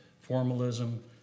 formalism